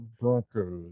Broncos